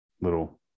little